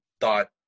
thought